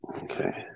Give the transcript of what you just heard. okay